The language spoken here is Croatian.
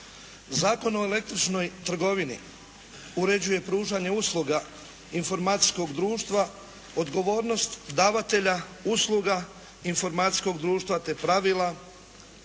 Zakon o električnoj trgovini uređuje pružanje usluga informacijskog društva, odgovornost davatelja usluga informacijskog društva te pravila